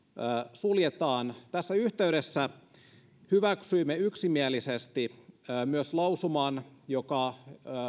suljetaan tässä yhteydessä hyväksyimme yksimielisesti myös lausuman joka